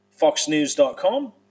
foxnews.com